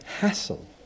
hassle